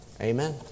amen